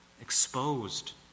exposed